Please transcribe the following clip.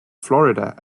florida